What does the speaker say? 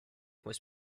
was